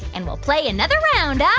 and we'll play another round yeah